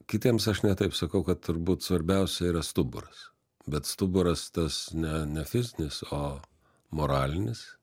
kitiems aš ne taip sakau kad turbūt svarbiausia yra stuburas bet stuburas tas ne ne fizinis o moralinis